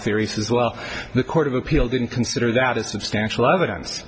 theory says well the court of appeal didn't consider that a substantial evidence